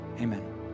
amen